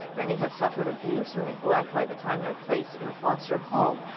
many have suffered abuse or neglect by the time they are placed in a foster home.